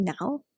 now